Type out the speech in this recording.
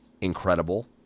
incredible